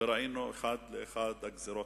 וראינו אחת לאחת את הגזירות